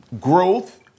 Growth